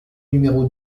numéro